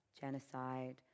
Genocide